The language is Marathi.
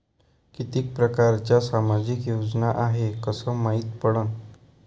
कितीक परकारच्या सामाजिक योजना हाय कस मायती पडन?